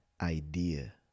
idea